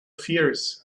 fears